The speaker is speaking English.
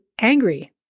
angry